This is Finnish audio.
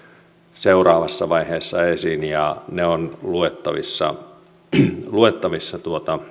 seuraavassa vaiheessa esiin ja ne ovat luettavissa luettavissa